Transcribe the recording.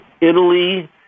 Italy